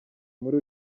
muri